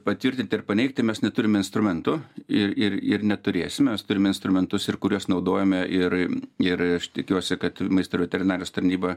patvirtinti ar paneigti mes neturime instrumentų ir ir ir neturėsim mes turim instrumentus ir kuriuos naudojame ir ir aš tikiuosi kad maisto ir veterinarijos tarnyba